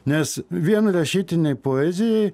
nes vien rašytinei poezijai